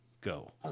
go